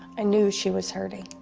ah knew she was hurting.